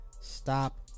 stop